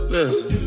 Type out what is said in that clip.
Listen